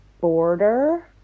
border